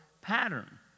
pattern